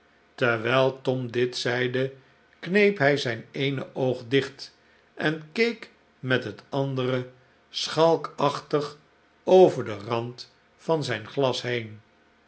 terwijl tom dit zeide kneep hij zijn eene oog dicht en keek met het andere schalkachtig over den rand van zijn glas heen